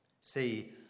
See